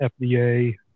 FDA